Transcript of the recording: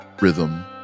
rhythm